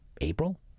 April